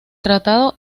tratado